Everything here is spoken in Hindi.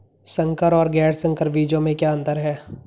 संकर और गैर संकर बीजों में क्या अंतर है?